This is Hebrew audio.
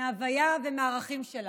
מההוויה ומהערכים שלה,